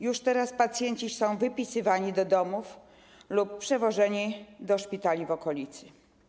Już teraz pacjenci są wypisywani do domów lub przewożeni do szpitali w okolicy.